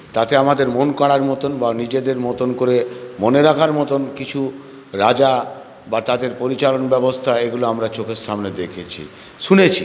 তাতে আমাদের মন করার মতন বা নিজেদের মতন করে মনে রাখার মতন কিছু রাজা বা তাদের পরিচালন ব্যবস্থা এইগুলো আমরা চোখের সামনে দেখেছি শুনেছি